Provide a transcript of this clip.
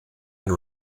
and